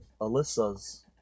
Alyssa's